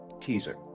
Teaser